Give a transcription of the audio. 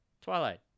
Twilight